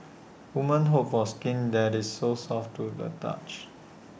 woman hope for skin that is so soft to the touch